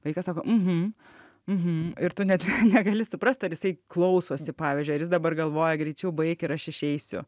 vaikas sako mhm mhm ir tu net negali suprast ar jisai klausosi pavyzdžiui ar jis dabar galvoja greičiau baik ir aš išeisiu